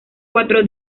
cuatro